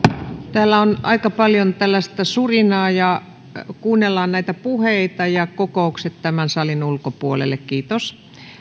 täällä on aika paljon tällaista surinaa kuunnellaan näitä puheita ja kokoukset tämän salin ulkopuolelle kiitos